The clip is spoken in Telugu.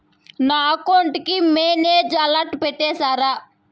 నా అకౌంట్ కి మెసేజ్ అలర్ట్ పెట్టిస్తారా